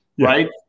Right